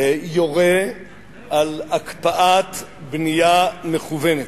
יורה על הקפאת בנייה מכוונת.